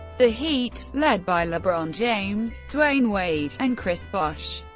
the heat, led by lebron james, dwyane wade, and chris bosh,